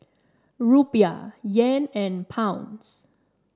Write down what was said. Rupiah Yen and Pound